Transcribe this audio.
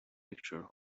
pictures